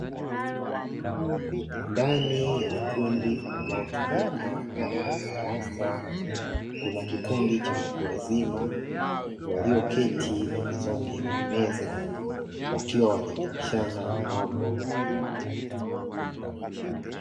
Ndani ya ukumbi unaotumika kama darasa, kuna kikundi cha watu wazima walioketi pembezoni mwa meza, wakiwa wanaelimishana mambo mbalimbali.